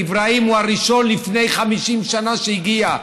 אברהים הוא הראשון לפני 50 שנה שהגיע,